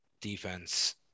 Defense